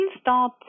start